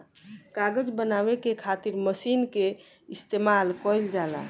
कागज बनावे के खातिर मशीन के इस्तमाल कईल जाला